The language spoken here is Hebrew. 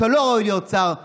אתה לא ראוי להיות שר,